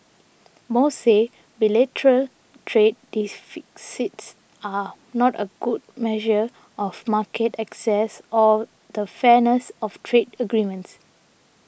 most say bilateral trade deficits are not a good measure of market access or the fairness of trade agreements